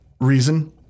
reason